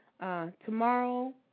Tomorrow